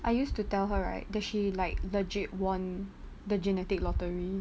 I used to tell her right that she like legit won the genetic lottery